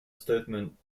statement